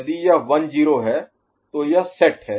यदि यह 1 0 है तो यह सेट है